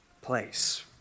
place